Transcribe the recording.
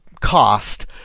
cost